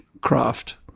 craft